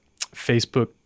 facebook